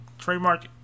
trademark